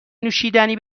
نوشیدنی